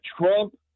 Trump